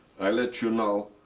i'll let you know.